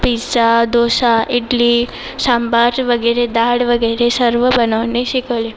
pizza dosa idli sambar वगैरे डाळ वगैरे सर्व बनवणे शिकवले